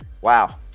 Wow